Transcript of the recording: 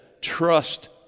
trust